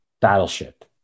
Battleship